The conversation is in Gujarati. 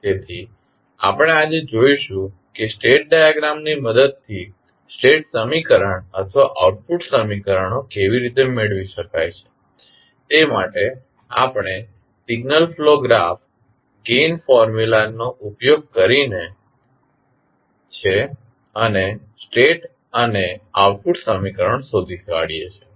તેથી આપણે આજે જોઇશું કે સ્ટેટ ડાયાગ્રામ ની મદદથી સ્ટેટ સમીકરણ અથવા આઉટપુટ સમીકરણો કેવી રીતે મેળવી શકાય છે તે માટે આપણે signal flow graph gain formula નો ઉપયોગ કરીએ છીએ અને સ્ટેટ અને આઉટપુટ સમીકરણો શોધી કાઢીએ છીએ